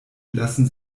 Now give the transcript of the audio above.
lassen